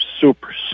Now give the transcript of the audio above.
super